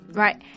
right